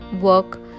work